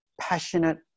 passionate